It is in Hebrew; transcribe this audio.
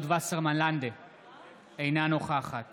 אינה נוכחת